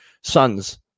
sons